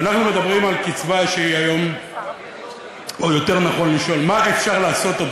אנחנו מדברים על קצבה, או יותר נכון לשאול: מה